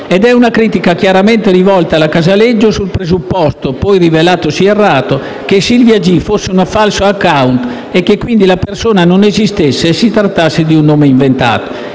Ed è una critica chiaramente rivolta alla Casaleggio Associati Srl sul presupposto, poi rivelatosi errato, che Silvia G. fosse un falso *account* e che, quindi, la persona non esistesse e che si trattasse di un nome inventato.